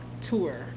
tour